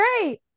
great